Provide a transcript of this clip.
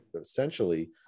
essentially